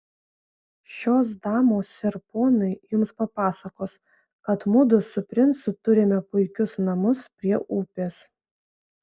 šios damos ir ponai jums papasakos kad mudu su princu turime puikius namus prie upės